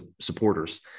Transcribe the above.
supporters